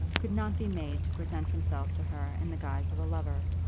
could not be made to present himself to her in the guise of a lover.